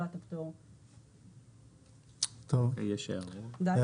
לקבוע פטור מתחולת הוראות סעיף 2 לגבי